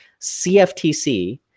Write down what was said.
CFTC